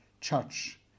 church